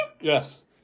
Yes